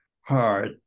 hard